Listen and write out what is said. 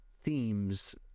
themes